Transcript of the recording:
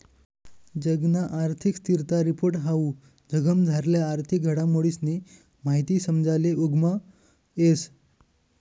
जगना आर्थिक स्थिरता रिपोर्ट हाऊ जगमझारल्या आर्थिक घडामोडीसनी माहिती समजाले उपेगमा येस